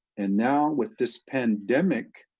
and now, with this pandemic,